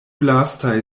lastaj